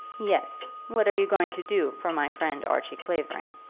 yes. what are you going to do for my friend archie clavering?